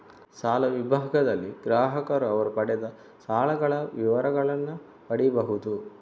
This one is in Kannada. ಸಾಲ ವಿಭಾಗದಲ್ಲಿ ಗ್ರಾಹಕರು ಅವರು ಪಡೆದ ಸಾಲಗಳ ವಿವರಗಳನ್ನ ಪಡೀಬಹುದು